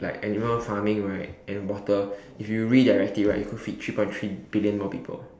like animal farming right and water if you redirect it right you could feed three point three billion more people